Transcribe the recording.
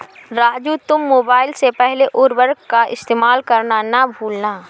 राजू तुम मोबाइल से पहले उर्वरक का इस्तेमाल करना ना भूलना